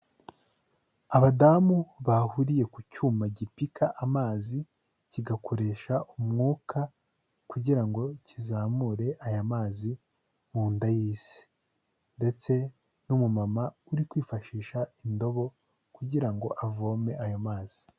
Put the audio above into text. Abadamu bahuriye ku cyuma gipika amazi, kigakoresha umwuka kugira ngo kizamure aya mazi mu nda y'isi, ndetse n'umumama uri kwifashisha indobo kugira ngo avome ayo mazi.